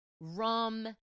rum